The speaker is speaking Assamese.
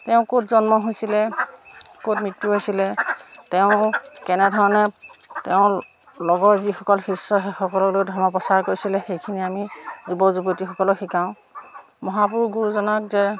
তেওঁৰ ক'ত জন্ম হৈছিলে ক'ত মৃত্যু হৈছিলে তেওঁ কেনেধৰণে তেওঁৰ লগৰ যিসকল শিষ্য সেইসকলক লৈ ধৰ্ম প্ৰচাৰ কৰিছিলে সেইখিনি আমি যুৱক যুৱতীসকলক শিকাও মহাপুৰুষ গুৰুজনাক যে